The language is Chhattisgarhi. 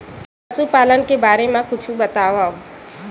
पशुपालन के बारे मा कुछु बतावव?